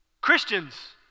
Christians